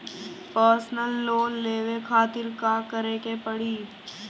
Personal loan लेवे खातिर का करे के पड़ी?